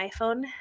iPhone